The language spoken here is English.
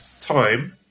time